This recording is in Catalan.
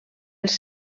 els